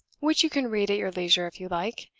which you can read at your leisure, if you like.